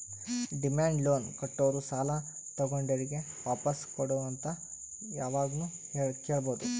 demand loan ಕೊಟ್ಟೋರು ಸಾಲ ತಗೊಂಡೋರಿಗ್ ವಾಪಾಸ್ ಕೊಡು ಅಂತ್ ಯಾವಾಗ್ನು ಕೇಳ್ಬಹುದ್